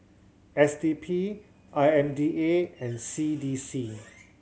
S D P I M D A and C D C